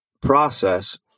process